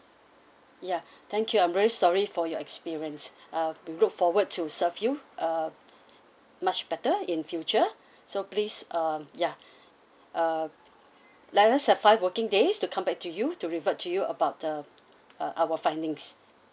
ya thank you I'm very sorry for your experience uh we look forward to serve you uh much better in future so please um ya uh let us have five working days to come back to you to revert to you about the uh our findings